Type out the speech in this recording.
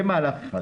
זה מהלך אחד.